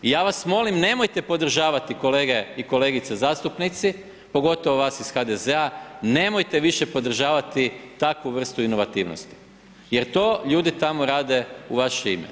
I ja vas molim, nemojte podržavati, kolege i kolegice zastupnici, pogotovo vas iz HDZ-a, nemojte više podržavati takvu vrstu inovativnosti, jer to ljudi tamo rade u vaše ime.